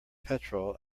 petrol